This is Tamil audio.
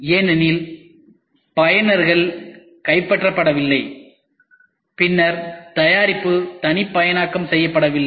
ஏனெனில் பயனர்கள் கைப்பற்றப்படவில்லை பின்னர் தயாரிப்பு தனிப்பயனாக்கம் செய்யப்படவில்லை